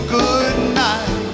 goodnight